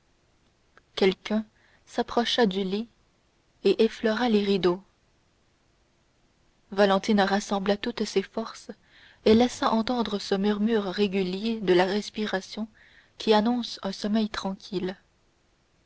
quelqu'un s'approcha du lit et effleura les rideaux valentine rassembla toutes ses forces et laissa entendre ce murmure régulier de la respiration qui annonce un sommeil tranquille